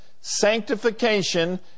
sanctification